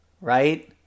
right